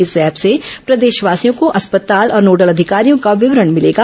इस ऐप से प्रदेशवासियों को अस्पताल और नोडल अधिकारियों का विवरण मिलेगा